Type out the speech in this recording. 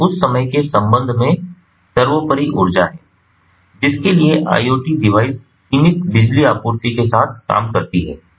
ऊर्जा उस समय के संबंध में सर्वोपरि ऊर्जा है जिसके लिए IoT डिवाइस सीमित बिजली आपूर्ति के साथ काम कर सकती है